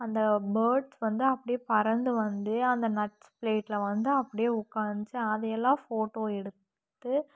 அந்த பேர்ட்ஸ் வந்து அப்படியே பறந்து வந்து அந்த நட்ஸ் பிளேட்டில் வந்து அப்படியே உட்காந்துச்சி அதை எல்லாம் ஃபோட்டோ எடுத்து